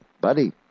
buddy